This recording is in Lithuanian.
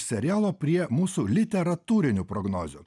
serialo prie mūsų literatūrinių prognozių